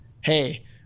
hey